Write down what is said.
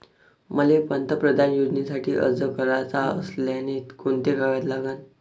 मले पंतप्रधान योजनेसाठी अर्ज कराचा असल्याने कोंते कागद लागन?